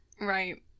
Right